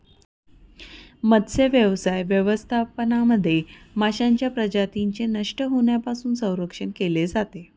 मत्स्यव्यवसाय व्यवस्थापनामध्ये माशांच्या प्रजातींचे नष्ट होण्यापासून संरक्षण केले जाते